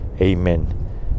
Amen